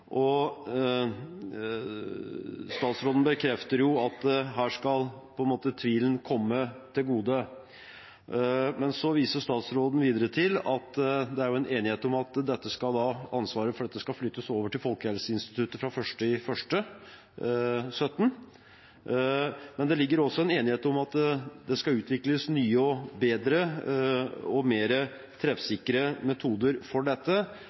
og statsråden bekrefter at her skal på en måte tvilen komme til gode. Men så viser statsråden videre til at det er enighet om at ansvaret for dette skal flyttes over til Folkehelseinstituttet fra 1. januar 2017. Men det foreligger også en enighet om at det skal utvikles nye og bedre og mer treffsikre metoder for dette.